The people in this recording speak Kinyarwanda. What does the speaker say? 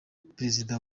perezida